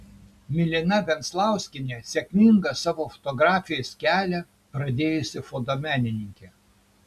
milena venclauskienė sėkmingą savo fotografės kelią pradėjusi fotomenininkė